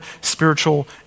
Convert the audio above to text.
spiritual